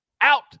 out